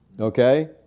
Okay